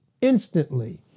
Instantly